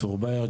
צור באהר,